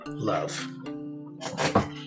love